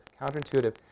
Counterintuitive